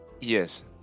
Yes